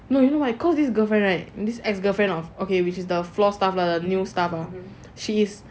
no you know why cause this girlfriend right this ex girlfriend of okay which is the floor staff the new staff hor she is